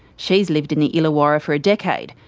she's lived in the illawarra for a decade,